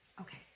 Okay